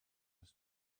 ist